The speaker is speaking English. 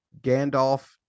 Gandalf